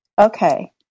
Okay